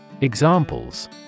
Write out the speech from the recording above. Examples